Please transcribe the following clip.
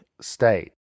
state